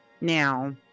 now